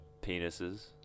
penises